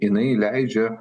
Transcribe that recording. jinai leidžiu